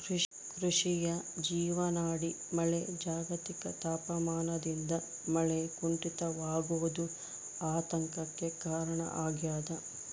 ಕೃಷಿಯ ಜೀವನಾಡಿ ಮಳೆ ಜಾಗತಿಕ ತಾಪಮಾನದಿಂದ ಮಳೆ ಕುಂಠಿತವಾಗೋದು ಆತಂಕಕ್ಕೆ ಕಾರಣ ಆಗ್ಯದ